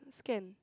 can